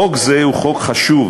חוק זה הוא חוק חשוב,